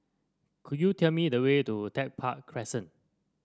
could you tell me the way to Tech Park Crescent